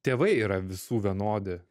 tėvai yra visų vienodi